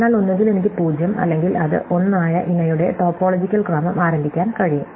അതിനാൽ ഒന്നുകിൽ എനിക്ക് 0 അല്ലെങ്കിൽ അത് 1 ആയ ഇണയുടെ ടോപ്പോളജിക്കൽ ക്രമം ആരംഭിക്കാൻ കഴിയും